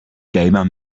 gamer